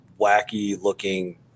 wacky-looking